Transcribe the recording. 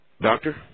Doctor